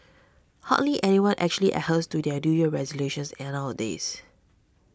hardly anyone actually adheres to their New Year resolutions and nowadays